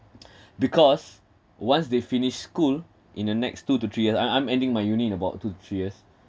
because once they finish school in the next two to three years ah I'm ending my uni in about two to three years